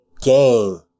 game